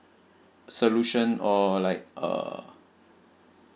solution or like uh